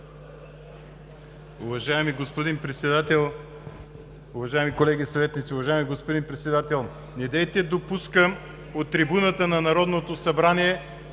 уважаеми колеги съветници! Уважаеми, господин Председател, недейте допуска от трибуната на Народното събрание